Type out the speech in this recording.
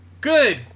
Good